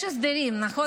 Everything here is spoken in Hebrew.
יש הסדרים, נכון?